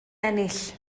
ennill